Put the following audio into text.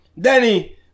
Danny